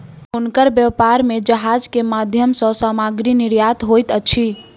हुनकर व्यापार में जहाज के माध्यम सॅ सामग्री निर्यात होइत अछि